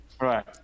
Right